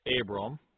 Abram